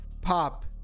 pop